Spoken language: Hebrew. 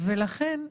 לכן,